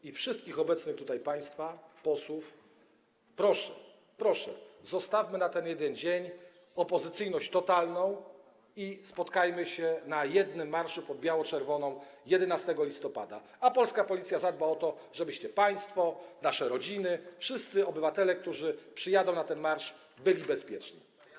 I wszystkich obecnych tutaj państwa posłów proszę - proszę - zostawmy na ten jeden dzień opozycyjność totalną i spotkajmy się na jednym marszu pod biało-czerwoną 11 listopada, a polska policja zadba o to, żebyście państwo - nasze rodziny, wszyscy obywatele, którzy przyjadą na ten marsz - byli bezpieczni.